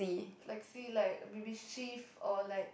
flexi like maybe shift or like